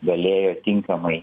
galėjo tinkamai